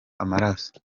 amaraso